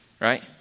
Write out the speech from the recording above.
right